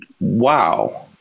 wow